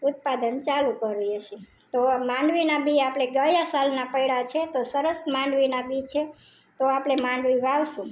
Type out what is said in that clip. ઉત્પાદન ચાલુ કરીએ છીઓ તો માંડવીના બી આપણે ગયા સાલના પડ્યા છે તો સરસ માંડવીના બી છે તો આપણે માંડવી વાવીશું